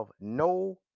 no